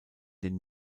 den